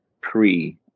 pre